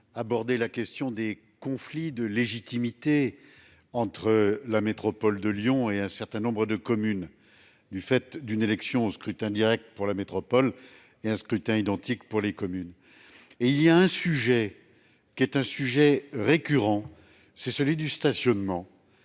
abordé la question des conflits de légitimité entre la métropole de Lyon et un certain nombre de communes, du fait d'une élection au scrutin direct pour la métropole et d'un scrutin identique pour les communes. Le sujet du stationnement est récurrent. En effet, un certain nombre